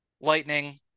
Lightning